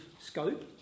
scope